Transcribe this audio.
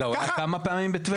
רגע, הוא היה כמה פעמים בטבריה?